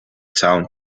town